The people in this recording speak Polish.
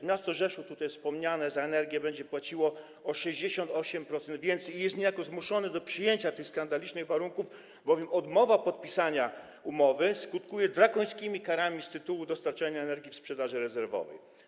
Wspomniane tutaj miasto Rzeszów za energię będzie płaciło o 68% więcej i jest niejako zmuszone do przyjęcia tych skandalicznych warunków, bowiem odmowa podpisania umowy skutkuje drakońskimi karami z tytułu dostarczania energii w sprzedaży rezerwowej.